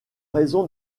raison